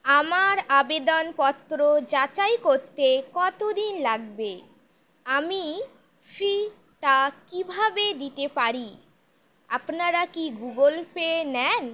আমার আবেদনপত্র যাচাই করতে কতো দিন লাগবে আমি ফিটা কীভাবে দিতে পারি আপনারা কি গুগল পে নেন